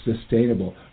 sustainable